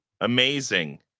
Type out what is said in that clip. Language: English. amazing